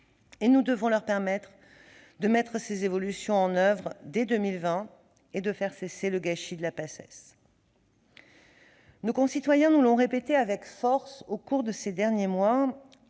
et nous devons les aider à mettre ces évolutions en oeuvre dès 2020, pour faire cesser le gâchis de la Paces. Nos concitoyens nous l'ont répété avec force au cours des derniers mois